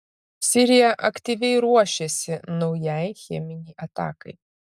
sirija aktyviai ruošėsi naujai cheminei atakai